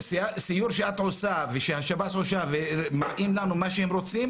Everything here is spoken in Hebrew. סיור שאת עושה ומראים לנו מה שהם רוצים,